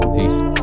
Peace